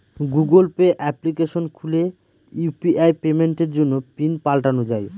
Google Pay application খুলে UPI পেমেন্টের জন্য পিন পাল্টানো যাই